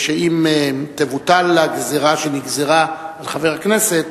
שאם תבוטל הגזירה שנגזרה על חבר הכנסת,